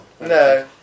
No